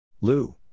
Lou